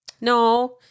No